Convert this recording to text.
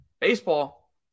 Baseball